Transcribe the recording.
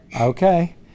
Okay